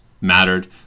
mattered